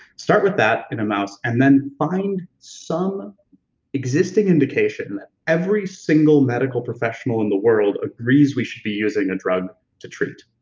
start with that in a mouse and then find some existing indication that every single medical professional in the world agrees we should be using the drug to treat,